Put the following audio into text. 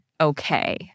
okay